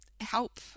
help